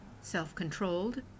self-controlled